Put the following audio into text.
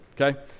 okay